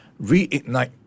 reignite